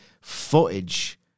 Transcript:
footage